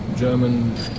German